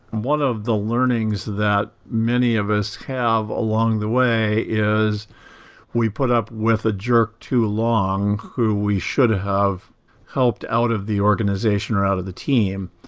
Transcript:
one of the learnings that many of us have along the way is we put up with a jerk too long whom we should have helped out of the organization or out of the team.